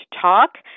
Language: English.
talk